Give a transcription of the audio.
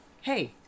hey